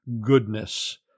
goodness